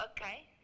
Okay